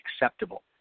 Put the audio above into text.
acceptable